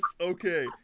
okay